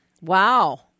Wow